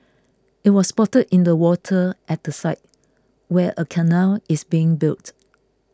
it was spotted in the water at the site where a canal is being built